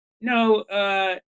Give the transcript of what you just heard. no